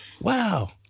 Wow